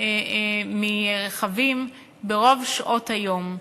מרכבים ברוב שעות היום.